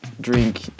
drink